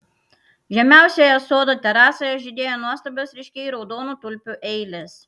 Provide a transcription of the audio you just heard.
žemiausioje sodo terasoje žydėjo nuostabios ryškiai raudonų tulpių eilės